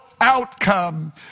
outcome